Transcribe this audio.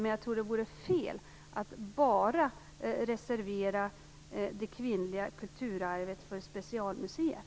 Men jag tror att det vore fel att bara reservera det kvinnliga kulturarvet för specialmuseer.